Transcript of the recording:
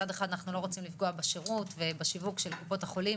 מצד אחד אנחנו לא רוצים לפגוע בשירות ובשיווק של קופות החולים